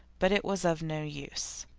but it was of no use.